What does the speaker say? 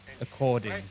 according